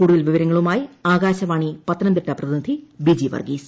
കൂടുതൽ വിവരങ്ങളുമായി ആകാശവാണി പത്തനംതിട്ട പ്രതിനിധി ബിജി വർഗീസ്